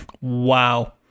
Wow